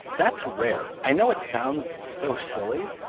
that's rare. i know it sounds so silly,